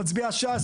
מצביע ש"ס.